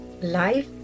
Life